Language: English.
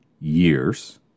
years